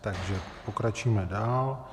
Takže pokročíme dál.